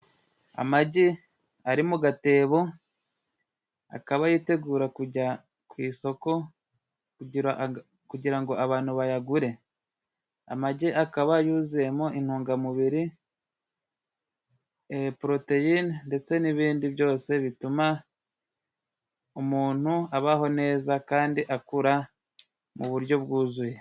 Amagi ari mu gatebo akaba yitegura kujya ku isoko, kugira ngo abantu bayagure. Amagi akaba yuzuyemo intungamubiri poroteyine ndetse n'ibindi byose bituma umuntu abaho neza, kandi akura mu buryo bwuzuye.